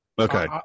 Okay